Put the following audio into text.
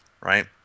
right